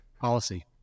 policy